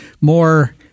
more